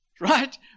right